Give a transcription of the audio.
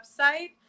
website